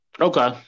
Okay